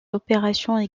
opérations